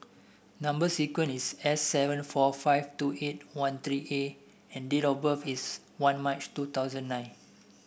number sequence is S seven four five two eight one three A and date of birth is one March two thousand nine